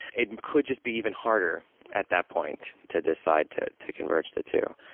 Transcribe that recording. it could just be even harder at that point to decide to to converge the two.